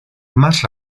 más